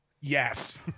yes